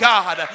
God